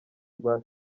rwa